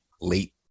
late